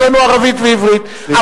לטוב, אבל